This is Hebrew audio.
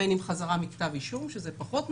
בין אם חזרה מכתב אישום שזה פחות נדיר,